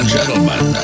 gentlemen